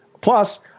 plus